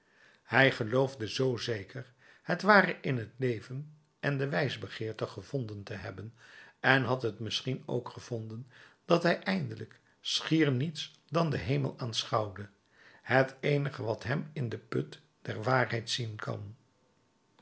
hij geloofde zoo zeker het ware in t leven en de wijsbegeerte gevonden te hebben en had het misschien ook gevonden dat hij eindelijk schier niets dan den hemel aanschouwde het eenige wat men in den put der waarheid zien kan